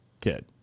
kid